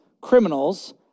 criminals